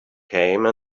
came